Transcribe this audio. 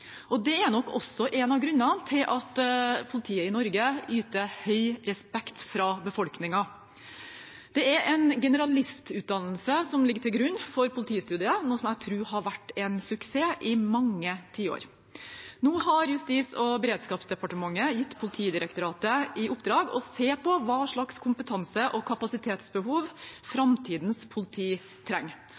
og det er nok også en av grunnene til at politiet i Norge nyter høy respekt i befolkningen. Det er en generalistutdannelse som ligger til grunn for politistudiet, noe jeg tror har vært en suksess i mange tiår. Nå har Justis- og beredskapsdepartementet gitt Politidirektoratet i oppdrag å se på hva slags kompetanse og kapasitet framtidens politi trenger.